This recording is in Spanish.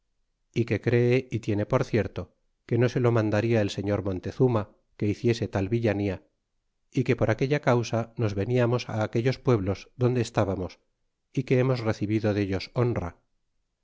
y que cree y tiene por cierto que no se lo mandarla el señor montezuma que hiciese tal villania é que por aquella causa nos veniamos á aquellos pueblos donde estábamos é que hemos recibido dellos honra